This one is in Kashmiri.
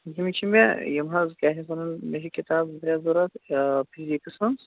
یِم چھِ مےٚ یِم حظ کیٛاہ چھِ اَتھ وَنان مےٚ چھِ کِتاب زٕ ترٛےٚ ضروٗرت آ فِزیٖکٕس منٛز